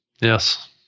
Yes